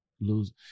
Lose